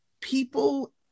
people